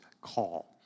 call